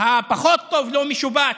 הפחות טוב לא משובץ,